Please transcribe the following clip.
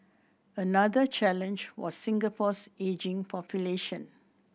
another challenge was Singapore's ageing population